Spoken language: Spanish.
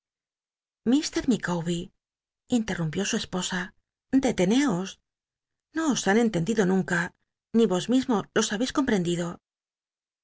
micawber intcrrumpió su esposa deteneos no os han entendido nunca ni ros mismo los habeis comprendido